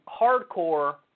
hardcore